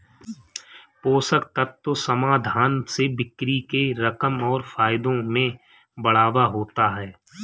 पोषक तत्व समाधान से बिक्री के रकम और फायदों में बढ़ावा होता है